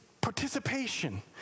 participation